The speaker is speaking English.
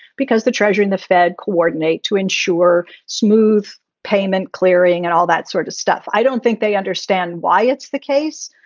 because the treasury and the fed coordinate to ensure smooth payment clearing and all that sort of stuff. i don't think they understand why it's the case.